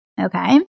okay